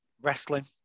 wrestling